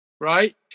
Right